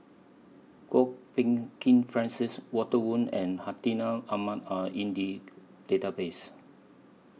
Kwok Peng Kin Francis Walter Woon and Hartinah Ahmad Are in The Database